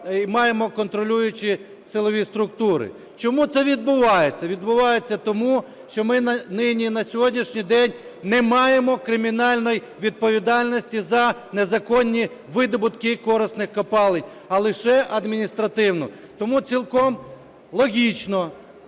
маємо контролюючі силові структури. Чому це відбувається? Відбувається тому, що ми на сьогоднішній день не маємо кримінальної відповідальності за незаконні видобутки корисних копалин, а лише адміністративну. Тому цілком логічно